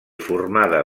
formada